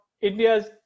India's